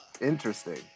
Interesting